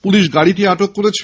police গাড়ীটি আটক করেছে